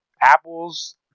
apples